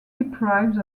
deprived